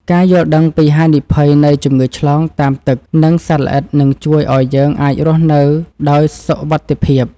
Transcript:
ការយល់ដឹងពីហានិភ័យនៃជំងឺឆ្លងតាមទឹក និងសត្វល្អិតនឹងជួយឱ្យយើងអាចរស់នៅដោយសុវត្ថិភាព។